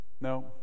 No